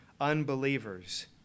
unbelievers